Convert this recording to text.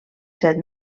set